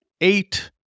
eight